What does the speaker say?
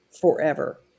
forever